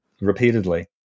repeatedly